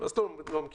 אם זה בסדר או לא בסדר.